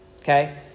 Okay